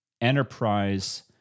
enterprise